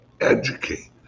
educate